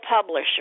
publisher